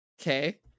Okay